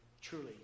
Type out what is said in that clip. truly